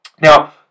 Now